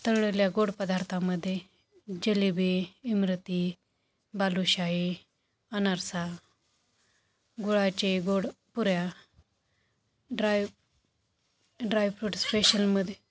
तळलेल्या गोड पदार्थामध्ये जिलेबी इमरती बालूशाही अनारसा गुळाचे गोड पुऱ्या ड्राय ड्रायफ्रूट स्पेशलमध्ये